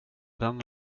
den